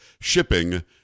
Shipping